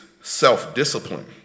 self-discipline